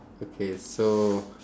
okay so